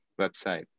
website